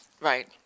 Right